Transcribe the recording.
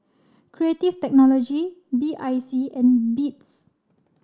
Creative Technology B I C and Beats